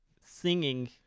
Singing